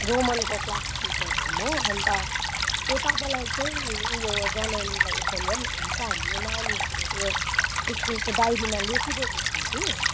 रोमनको class teacher हो म अन्त त्यो तपाईँलाई चाहिँ उयो जनाउनुलाई फोन गर् हुनु त हामीले नानीहरूको त्यो स्कुलको डाइरीमा लेखिदिएको छौँ कि